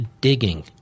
digging